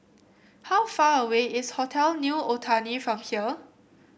how far away is Hotel New Otani from here